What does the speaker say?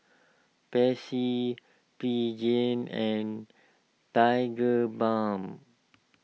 Pansy Pregain and Tigerbalm